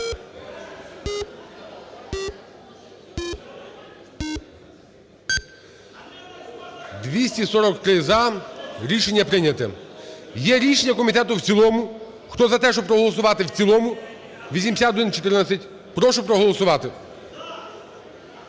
За-243 Рішення прийнято. Є рішення комітету – в цілому. Хто за те, щоб проголосувати в цілому 8114, прошу проголосувати.